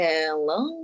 Hello